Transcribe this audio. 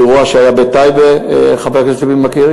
אירוע שהיה בטייבה חבר הכנסת טיבי מכיר.